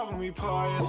um reply